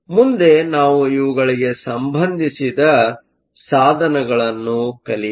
ಮುಂದೆ ನಾವು ಇವುಗಳಿಗೆ ಸಂಭಧಿಸಿದ ಸಾಧನಗಳನ್ನು ಕಲಿಯೋಣ